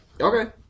Okay